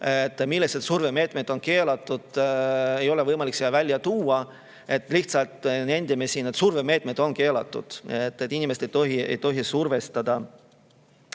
millised survemeetmed on keelatud, ei ole võimalik välja tuua. Lihtsalt nendime, et survemeetmed on keelatud ja neid inimesi ei tohi survestada. Nii.